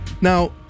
Now